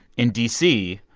in d c,